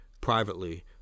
privately